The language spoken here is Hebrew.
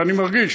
ואני מרגיש,